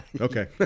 okay